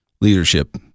leadership